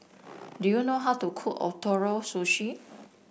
do you know how to cook Ootoro Sushi